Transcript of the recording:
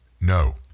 no